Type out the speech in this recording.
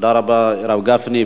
תודה רבה לרב גפני.